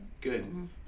Good